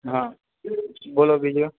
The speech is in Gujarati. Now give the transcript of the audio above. હા બોલો બીજું